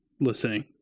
listening